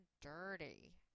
dirty